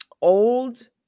old